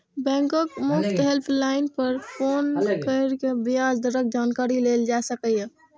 बैंकक मुफ्त हेल्पलाइन पर फोन कैर के ब्याज दरक जानकारी लेल जा सकैए